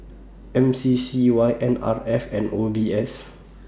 M C C Y N R F and O B S